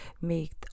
make